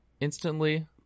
instantly